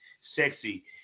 sexy